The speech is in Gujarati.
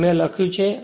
અહીં મેં લખ્યું છે